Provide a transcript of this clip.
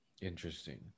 Interesting